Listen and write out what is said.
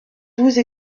douze